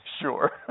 Sure